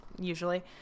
usually